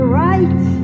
right